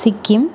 Sikkim